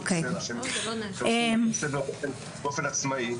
שזה באופן עצמאי.